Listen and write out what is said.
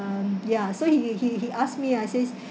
um ya so he he he asked me I says